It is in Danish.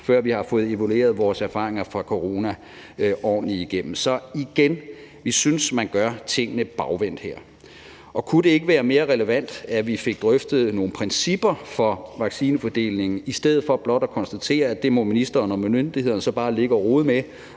før vi har fået evalueret vores erfaringer fra corona ordentligt igennem. Så igen synes vi her, at man gør tingene bagvendt, og kunne det ikke være mere relevant, at vi fik drøftet nogle principper for vaccinefordelingen i stedet for blot at konstatere, at det må ministeren og myndighederne så bare ligge og rode med